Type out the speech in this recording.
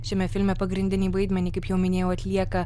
šiame filme pagrindinį vaidmenį kaip jau minėjau atlieka